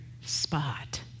spot